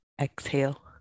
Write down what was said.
Exhale